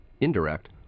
indirect